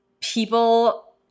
people